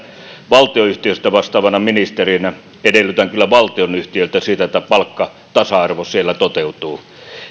valtionyhtiöistä vastaavana ministerinä edellytän kyllä valtionyhtiöiltä sitä että palkkatasa arvo siellä toteutuu